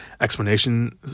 explanation